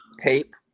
tape